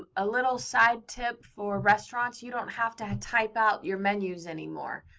ah a little side tip for restaurants. you don't have to type out your menus anymore.